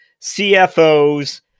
CFOs